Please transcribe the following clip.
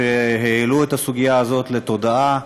שהעלו את הסוגיה הזאת לתודעה,